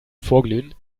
vorglühen